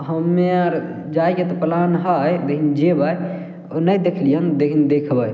हम्मे अर जाइके तऽ प्लान हइ जेबय नहि देखलियै लेकिन देखबइ